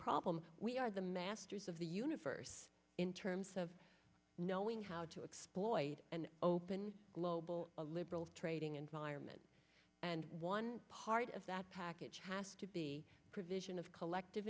problem we are the masters of the universe in terms of knowing how to exploit an open global liberal trading environment and one part of that package has to be provision of collective